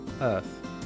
earth